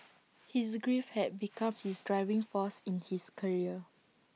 his grief had become his driving force in his career